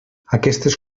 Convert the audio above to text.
aquestes